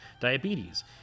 diabetes